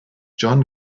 john